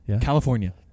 California